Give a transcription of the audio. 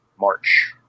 March